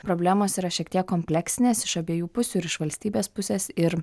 problemos yra šiek tiek kompleksinės iš abiejų pusių ir iš valstybės pusės ir